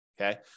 Okay